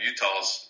Utah's